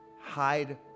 hide